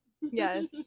Yes